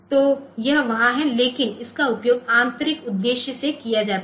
तो यह वहां है लेकिन इसका उपयोग आंतरिक उद्देश्य से किया जाता है